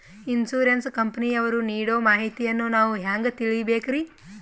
Insurance ಕಂಪನಿಯವರು ನೀಡೋ ಮಾಹಿತಿಯನ್ನು ನಾವು ಹೆಂಗಾ ತಿಳಿಬೇಕ್ರಿ?